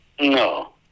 No